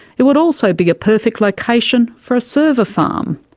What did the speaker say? it would also be a perfect location for a server farm,